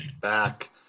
back